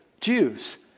Jews